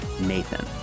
Nathan